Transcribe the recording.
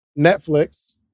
Netflix